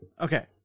Okay